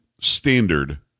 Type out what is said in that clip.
standard